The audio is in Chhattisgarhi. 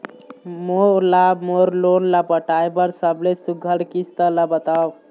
मोला मोर लोन ला पटाए बर सबले सुघ्घर किस्त ला बताव?